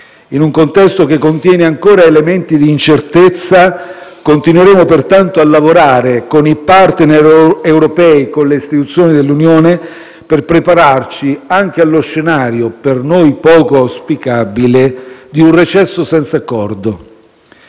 In un contesto che contiene ancora elementi di incertezza, continueremo pertanto a lavorare con i *partner* europei e con le istituzioni dell'Unione per prepararci anche allo scenario, per noi poco auspicabile, di un recesso senza accordo.